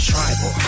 Tribal